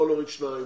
פה להוריד שניים,